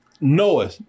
Noah